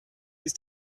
ist